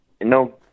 no